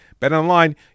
BetOnline